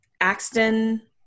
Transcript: axton